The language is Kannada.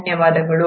ಧನ್ಯವಾದಗಳು